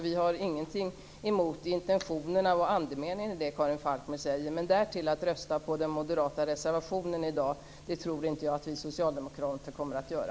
Vi har ingenting emot intentionen och andemeningen i det som Karin Falkmer säger, men därtill att rösta på den moderata reservationen i dag, tror jag inte att vi socialdemokrater kommer att göra.